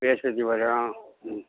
ঠিকে আছে দিবা তেনে অঁ